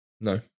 No